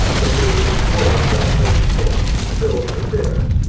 but they were destroyed by the french king, philip the fair.